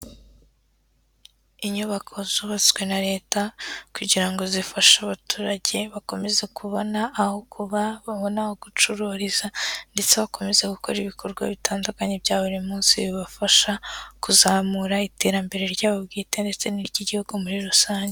Inyubako zubatswe na leta kugira ngo zifashe abaturage bakomeze kubona aho kuba, babona gucururiza ndetse bakomeza gukora ibikorwa bitandukanye bya buri munsi bibafasha kuzamura iterambere ryabo bwite ndetse n'iry'igihugu muri rusange.